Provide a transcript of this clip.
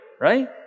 right